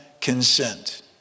consent